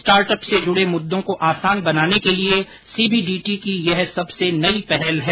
startup से जुड़े मुद्दों को आसान बनाने के लिए सीबीडीटी की यह सबसे नई पहल है